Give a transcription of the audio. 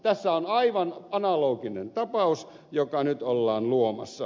tässä on aivan analoginen tapaus joka nyt ollaan luomassa